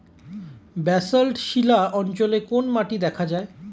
Basalt শিলা অঞ্চলে কোন মাটি দেখা যায়?